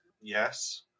Yes